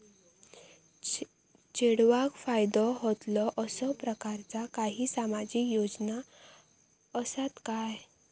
चेडवाक फायदो होतलो असो प्रकारचा काही सामाजिक योजना असात काय?